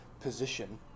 position